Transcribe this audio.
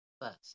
first